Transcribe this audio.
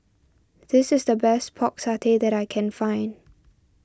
this is the best Pork Satay that I can find